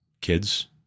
kids